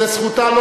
זו זכותה.